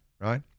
right